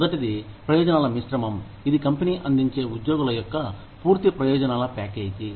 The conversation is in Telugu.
మొదటిది ప్రయోజనాల మిశ్రమం ఇది కంపెనీ అందించే ఉద్యోగుల యొక్క పూర్తి ప్రయోజనాల ప్యాకేజీ